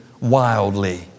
wildly